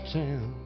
town